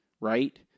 right